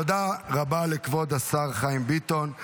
תודה רבה לכבוד השר חיים ביטון.